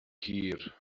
hir